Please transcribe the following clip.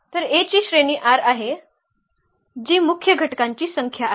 तर A ची श्रेणी R आहे जी मुख्य घटकांची संख्या आहे